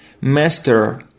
Master